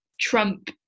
Trump